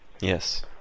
Yes